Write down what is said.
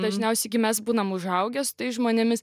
dažniausiai gu mes būnam užaugę su tais žmonėmis